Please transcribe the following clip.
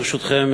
ברשותכם,